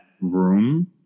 room